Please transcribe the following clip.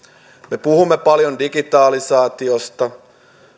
me puhumme paljon digitalisaatiosta